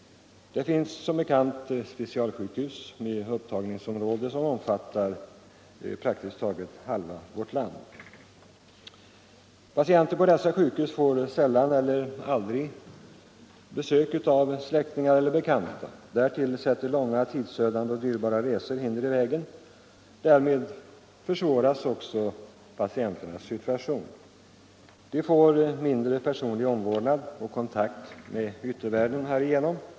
Det finns som bekant specialsjukhus med ett upptagningsområde som omfattar praktiskt taget halva vårt land. Patienter på dessa sjukhus får sällan eller aldrig besök av släktingar eller bekanta. Långa tidsödande och dyrbara resor sätter hinder i vägen. Därmed försvåras också patienternas situation. De får mindre personlig omvårdnad och kontakt med yttervärlden.